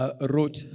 wrote